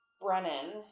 Brennan